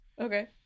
Okay